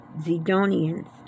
Zidonians